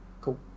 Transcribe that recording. Cool